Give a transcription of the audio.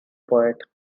poet